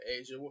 Asia